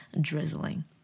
drizzling